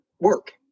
work